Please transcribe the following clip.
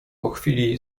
chwili